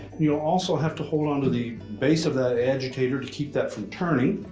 you'll also have to hold on to the base of the agitator to keep that from turning.